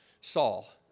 Saul